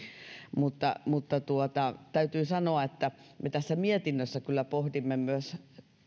mutta mutta täytyy sanoa että me tässä mietinnössä kyllä pohdimme myös